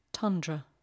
Tundra